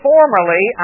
Formerly